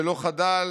ולא חדל